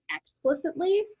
explicitly